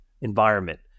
environment